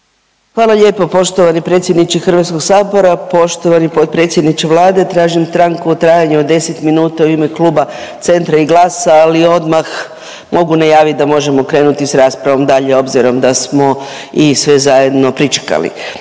Hvala lijepo. Poštovani predsjedniče Hrvatskog sabora, poštovani potpredsjedniče Vlade, tražim stanku u trajanju od 10 minuta u ime Kluba Centra i GLAS-a, ali i odmah najaviti da možemo krenuti s raspravom dalje obzirom da smo i sve zajedno pričekali.